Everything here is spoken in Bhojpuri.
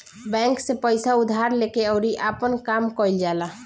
बैंक से पइसा उधार लेके अउरी आपन काम कईल जाला